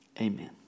Amen